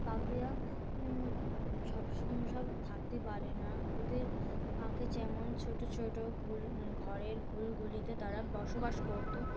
পাখিরা সব সব থাকতে পারে না ওদের আগে যেমন ছোটো ছোটো ঘুল ঘরের ঘুলঘুলিতে তারা বসবাস করতো